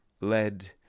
Lead